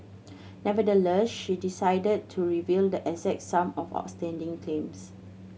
nevertheless she decided to reveal the exact sum of outstanding claims